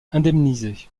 indemnisé